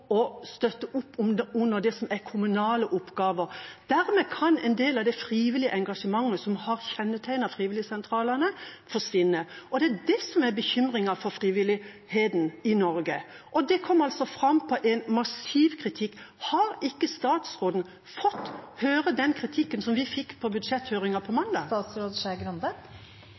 støtte opp under det som er kommunale oppgaver. Dermed kan en del av det frivillige engasjementet, som har kjennetegnet frivilligsentralene, forsvinne. Det er bekymringen fra frivilligheten i Norge. Det kom fram gjennom en massiv kritikk. Har ikke statsråden fått høre den kritikken som vi fikk høre under budsjetthøringen på mandag?